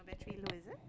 your battery low is it